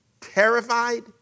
terrified